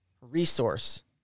resource